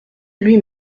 lui